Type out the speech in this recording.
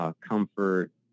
comfort